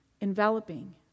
enveloping